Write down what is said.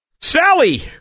Sally